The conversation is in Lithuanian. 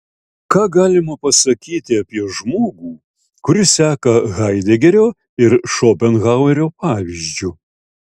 ką galima pasakyti apie žmogų kuris seka haidegerio ir šopenhauerio pavyzdžiu